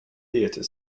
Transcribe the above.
theatre